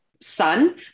Son